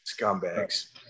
Scumbags